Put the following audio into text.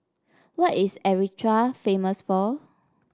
what is Eritrea famous for